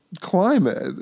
climate